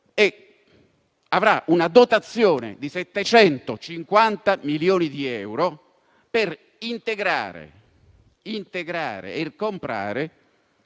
avrà una dotazione di 750 milioni di euro per integrare quanto